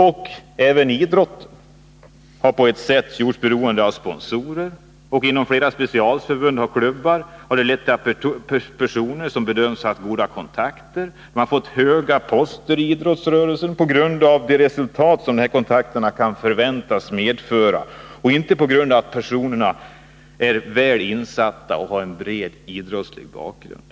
Men att idrotten på detta sätt gjorts beroende av sponsorer har inom flera specialförbund och klubbar lett till att personer som har bedömts ha goda kontakter har fått höga poster inom idrottsrörelsen — med tanke på de resultat som dessa kontakter kan förväntas medföra och inte därför att de är väl insatta i idrottsfrågor och har en bred idrottslig bakgrund.